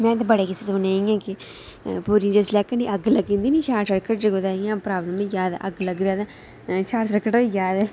में ते बड़े किस्से सुने जिसलै केह् होंदा अग्ग लग्गी जंदी निं शार्ट सर्किट कुतै इ'यां शार्ट सर्कट